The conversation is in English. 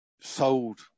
sold